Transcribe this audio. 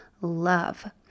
love